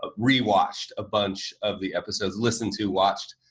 ah rewatched a bunch of the episodes, listened to, watched,